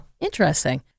Interesting